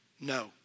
no